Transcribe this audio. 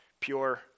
pure